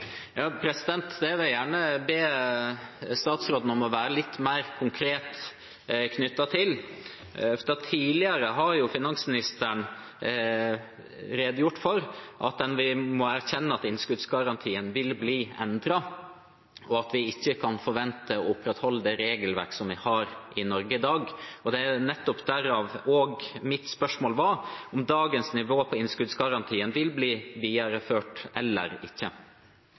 vil gjerne be statsråden om å være litt mer konkret knyttet til det, for tidligere har finansministeren redegjort for at vi må erkjenne at innskuddsgarantien vil bli endret, og at vi ikke kan forvente å opprettholde det regelverket vi har i Norge i dag. Det er nettopp derav mitt spørsmål var om dagens nivå på innskuddsgarantien vil bli videreført eller ikke.